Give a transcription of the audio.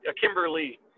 Kimberly